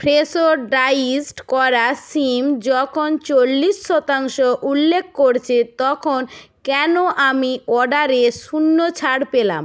Fresho diced করা শিম যখন চল্লিশ শতাংশ উল্লেখ করছে তখন কেন আমি অর্ডারে শূন্য ছাড় পেলাম